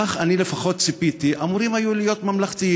כך אני לפחות ציפיתי, אמורים היו להיות ממלכתיים.